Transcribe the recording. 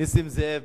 נסים זאב.